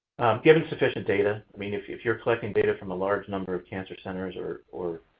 given sufficient data, meaning if if you're collecting data from a large number of cancer centers or or